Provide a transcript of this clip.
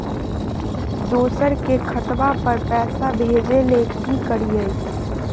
दोसर के खतवा पर पैसवा भेजे ले कि करिए?